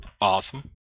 Awesome